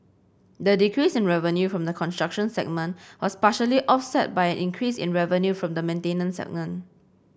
the decrease in revenue from the construction segment was partially offset by an increase in revenue from the maintenance segment